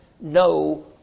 no